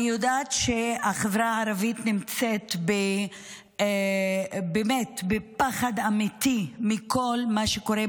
אני יודעת שהחברה הערבית נמצאת באמת בפחד אמיתי מכל מה שקורה,